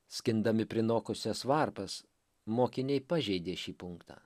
skindami prinokusias varpas mokiniai pažeidė šį punktą